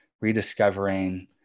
rediscovering